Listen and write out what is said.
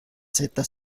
setta